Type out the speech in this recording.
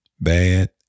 bad